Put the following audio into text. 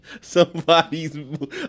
Somebody's